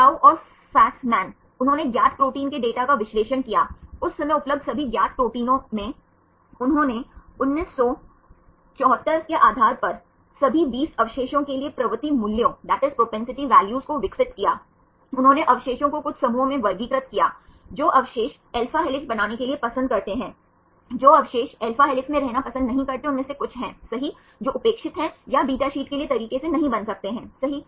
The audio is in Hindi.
चाउ और फ़स्मान उन्होंने ज्ञात प्रोटीन के डेटा का विश्लेषण किया उस समय उपलब्ध सभी ज्ञात प्रोटीनों में उन्होंने 1974 के आधार पर सभी 20 अवशेषों के लिए प्रवृत्ति मूल्यों को विकसित किया उन्होंने अवशेषों को कुछ समूहों में वर्गीकृत किया जो अवशेष alpha हेलिक्स बनाने के लिए पसंद करते हैं जो अवशेष alpha हेलिक्स में रहना पसंद नहीं करते उनमें से कुछ हैं सही जो उपेक्षित हैं या beta शीट के लिए तरीके से नहीं बन सकते हैंसही